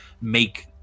make